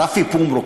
רפי פומרוק.